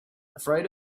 afraid